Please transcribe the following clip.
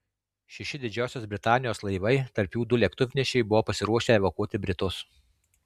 šeši didžiosios britanijos laivai tarp jų du lėktuvnešiai buvo pasiruošę evakuoti britus